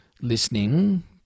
listening